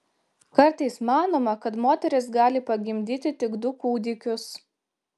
kartais manoma kad moteris gali pagimdyti tik du kūdikius